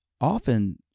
often